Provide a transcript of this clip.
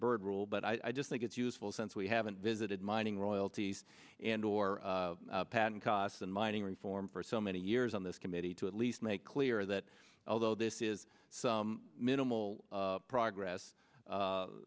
byrd rule but i just think it's useful since we haven't visited mining royalties and or patent costs in mining reform for so many years on this committee to at least make clear that although this is some minimal progress